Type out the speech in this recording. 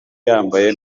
yambaye